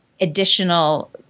additional